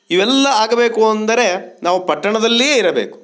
ಇವೆಲ್ಲ ಆಗಬೇಕು ಅಂದರೆ ನಾವು ಪಟ್ಟಣದಲ್ಲಿಯೇ ಇರಬೇಕು